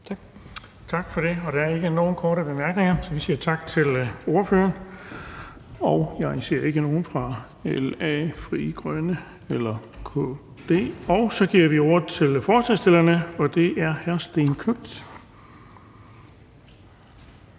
Tak for det. Der er ikke nogen korte bemærkninger, så vi siger tak til ordføreren. Jeg ser ikke nogen fra LA, Frie Grønne eller KD, så vi giver ordet til ordføreren for forslagsstillerne, og det er hr. Stén Knuth.